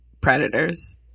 predators